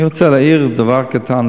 אני רוצה להעיר דבר קטן.